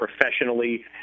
professionally